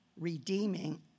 redeeming